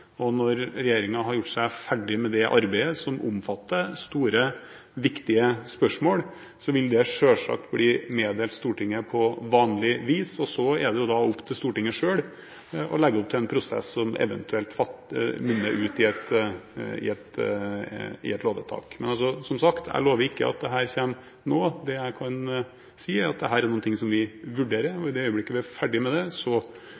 og når regjeringen har gjort seg ferdig med det arbeidet, som omfatter store, viktige spørsmål, vil det selvsagt bli meddelt Stortinget på vanlig vis. Så er det opp til Stortinget selv å legge opp til en prosess som eventuelt munner ut i et lovvedtak. Men som sagt: Jeg lover ikke at dette kommer nå. Det jeg kan si, er at dette er noe vi vurderer, og i det øyeblikk vi er ferdig med det, vil vi eventuelt foreslå endringer for Stortinget. Når det så